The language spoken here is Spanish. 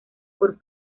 por